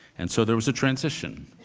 and so there was a transition.